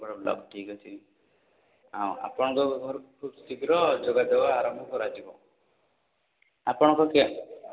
Nimapada block ଠିକ୍ ଅଛି ଆଉ ଆପଣଙ୍କ ଘରକୁ ଖୁବ୍ ଶୀଘ୍ର ଯୋଗାଯୋଗ ଆରମ୍ଭ କରାଯିବ ଆପଣଙ୍କ କିଏ